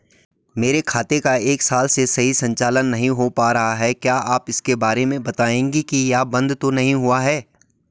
मेरे खाते का एक साल से सही से संचालन नहीं हो पाना रहा है क्या आप इसके बारे में बताएँगे कि ये बन्द तो नहीं हुआ है?